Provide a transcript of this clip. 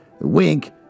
wink